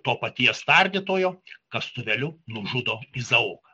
to paties tardytojo kastuvėliu nužudo izaoką